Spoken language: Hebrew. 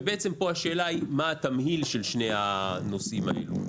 ובעצם השאלה היא מה התמהיל של שני הנושאים האלו.